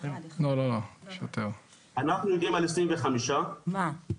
אנחנו יודעים על 25. מה?